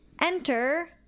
Enter